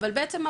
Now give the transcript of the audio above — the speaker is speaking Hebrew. אבל בעצם,